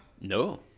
No